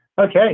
Okay